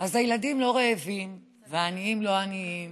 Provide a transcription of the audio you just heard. אז הילדים לא רעבים והעניים לא עניים